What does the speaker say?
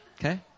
Okay